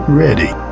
ready